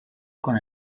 con